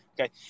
Okay